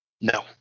No